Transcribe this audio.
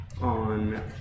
on